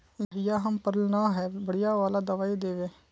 भैया हम पढ़ल न है बढ़िया वाला दबाइ देबे?